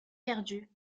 perdus